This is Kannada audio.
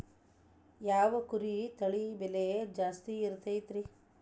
ಯಾವ ಕುರಿ ತಳಿ ಬೆಲೆ ಜಾಸ್ತಿ ಇರತೈತ್ರಿ?